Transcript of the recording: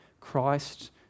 Christ